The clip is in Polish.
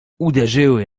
uderzyły